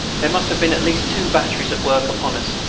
there must have been at least two batteries at work upon us,